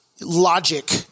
logic